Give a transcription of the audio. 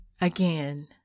again